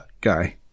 guy